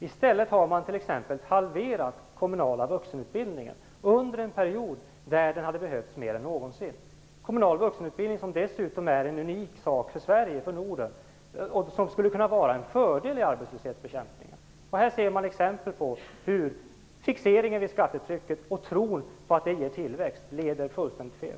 I stället har man t.ex. halverat den kommunala vuxenutbildningen under en period där den hade behövts mer än någonsin. Kommunal vuxenutbildning är dessutom en unik sak för Sverige och för Norden. Den skulle kunna vara en fördel i arbetslöshetsbekämpningen. Här ser man exempel på hur fixeringen vid skattetrycket och tron på att detta ger tillväxt leder fullständigt fel.